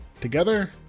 together